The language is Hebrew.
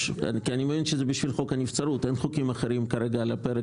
מבין שהבקשה היא לצורך חוק הנבצרות מאחר וכרגע אין חוקים אחרים על הפרק,